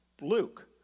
Luke